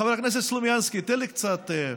חבר הכנסת סלומינסקי, תן לי קצת.